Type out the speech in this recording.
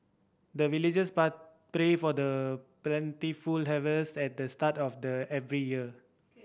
the villagers but pray for the plentiful harvest at the start of the every year